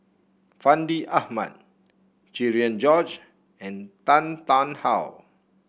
Fandi Ahmad Cherian George and Tan Tarn How